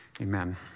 amen